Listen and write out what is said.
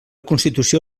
constitució